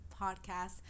podcast